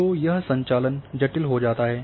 तो यह संचालन जटिल हो जाता है